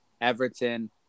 Everton